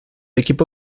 equipo